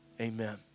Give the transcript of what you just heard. Amen